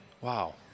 Wow